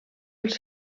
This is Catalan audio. els